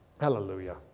Hallelujah